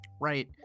right